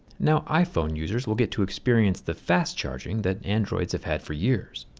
now iphone users will get to experience the fast charging that androids have had for years.